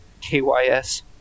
KYS